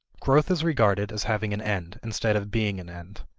growth is regarded as having an end, instead of being an end.